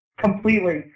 completely